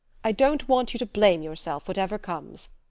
i don't want you to blame yourself, whatever comes.